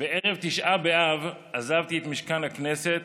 בערב תשעה באב עזבתי את משכן הכנסת